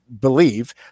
believe